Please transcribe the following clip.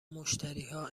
مشتریها